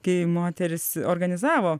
kai moterys organizavo